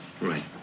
Right